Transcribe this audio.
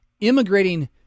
immigrating